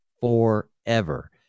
forever